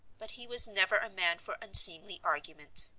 but he was never a man for unseemly argument.